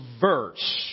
verse